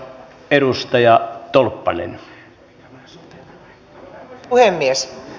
arvoisa puhemies